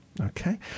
Okay